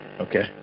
okay